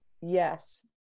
yes